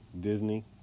Disney